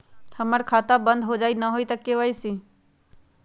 हमर खाता बंद होजाई न हुई त के.वाई.सी?